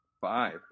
Five